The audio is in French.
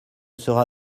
sera